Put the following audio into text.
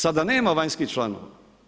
Sada nema vanjskih članova.